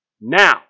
now